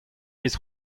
miz